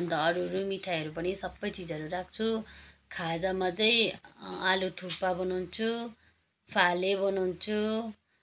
अन्त अरू अरू मिठाईहरू पनि सबै चिजहरू राख्छु खाजामा चाहिँ आलु थुक्पा बनाउँछु फाले बनाउँछु